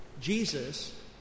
Jesus